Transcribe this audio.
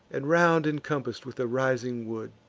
and round incompass'd with a rising wood.